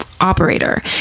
operator